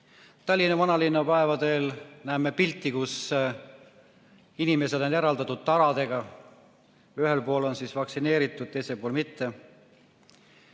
Tallinna vanalinnapäevadel näeme pilti, kus inimesed on eraldatud taradega, ühel pool on vaktsineeritud, teisel pool mitte.